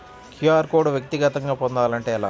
QR code వ్యక్తిగతంగా పొందాలంటే ఎలా?